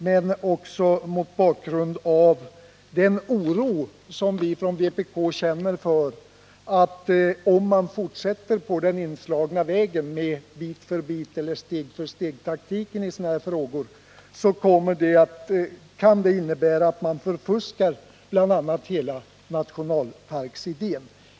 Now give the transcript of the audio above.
men även mot bakgrund av den oro som vpk känner för att steg-för-stegeller bit-för-bit-metoden, som är den väg som man slagit in på, kan komma att innebära ett förfuskande av hela nationalparksidén.